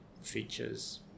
features